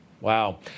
Wow